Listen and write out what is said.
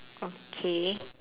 okay